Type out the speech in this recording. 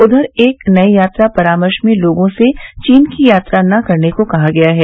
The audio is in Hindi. उधर एक नए यात्रा परामर्श में लोगों से चीन की यात्रा न करने को कहा गया है